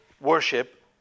worship